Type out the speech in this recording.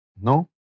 No